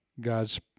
God's